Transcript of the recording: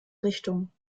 richtung